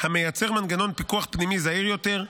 המייצרות מנגנון פיקוח פנימי זעיר יותר,